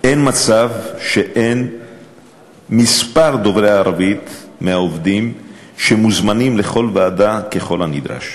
אין מצב שאין כמה דוברי ערבית מהעובדים שמוזמנים לכל ועדה ככל הנדרש.